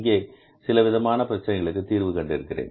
இங்கே சில விதமான பிரச்சனைகளுக்கு தீர்வு கண்டிருக்கிறேன்